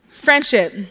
Friendship